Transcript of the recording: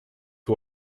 who